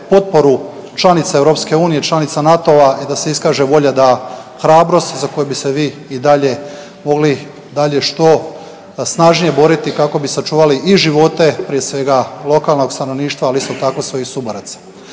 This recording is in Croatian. potporu članica EU, članica NATO-a i da se iskaže volja da hrabrost za koju bi se vi i dalje mogli dalje što snažnije boriti kako bi sačuvali i živote prije svega lokalnog stanovništva, ali isto tako i svojih suboraca.